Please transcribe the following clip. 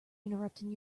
interrupting